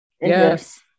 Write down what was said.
Yes